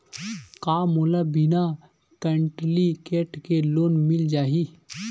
का मोला बिना कौंटलीकेट के लोन मिल जाही?